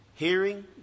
Hearing